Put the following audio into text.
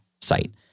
site